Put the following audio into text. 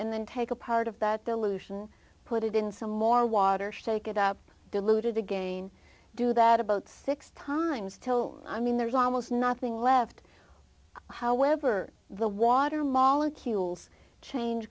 and then take a part of that dilution put it in some more water shake it up diluted again do that about six times till i mean there's almost nothing left however the water molecules change